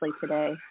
today